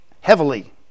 heavily